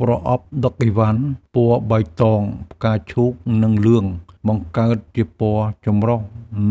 ប្រអប់ដឹកឥវ៉ាន់ពណ៌បៃតង ផ្កាឈូក និងលឿង បង្កើតជាពណ៌ចម្រុះ